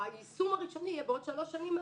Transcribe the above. היישום הראשוני יהיה בעוד שלוש שנים מהיום.